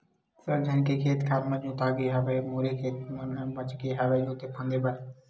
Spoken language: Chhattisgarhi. सब झन के खेत खार ह जोतागे हवय मोरे खेत मन ह बचगे हवय जोते फांदे बर